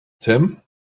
Tim